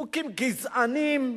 חוקים גזעניים.